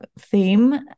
theme